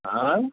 ఆ